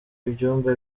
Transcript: ibyumba